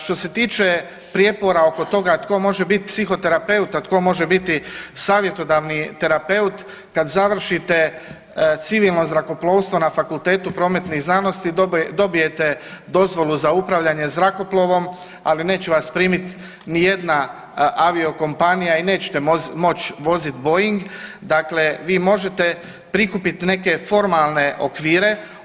Što se tiče prijepora oko toga tko može biti psihoterapeut, a tko može biti savjetodavni terapeut, kad završite civilno zrakoplovstvo na Fakultetu prometnih znanosti dobijete dozvolu za upravljanje zrakoplovom, ali neće vas primiti nijedna aviokompanija i nećete moć voziti Boeing dakle vi možete prikupit neke formalne okvire.